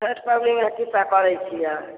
छठि पबनीमे की सब करैत छियै